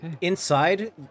Inside